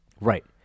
Right